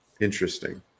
Interesting